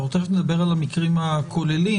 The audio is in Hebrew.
תיכף נדבר על המקרים הכוללים.